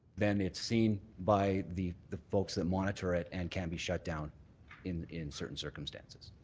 then it's seen by the the folks that monitor it and can be shut down in in certain circumstances.